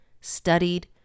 studied